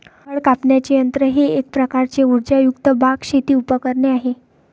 फळ कापण्याचे यंत्र हे एक प्रकारचे उर्जायुक्त बाग, शेती उपकरणे आहे